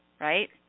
right